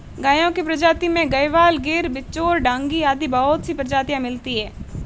गायों की प्रजाति में गयवाल, गिर, बिच्चौर, डांगी आदि बहुत सी प्रजातियां मिलती है